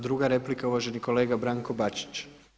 Druga replika uvaženi kolega Branko Bačić.